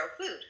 food